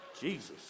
Jesus